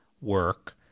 work